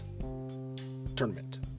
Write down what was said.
tournament